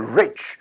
rich